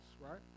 right